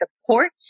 support